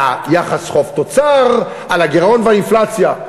על היחס חוב תוצר, על הגירעון ועל האינפלציה.